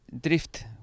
drift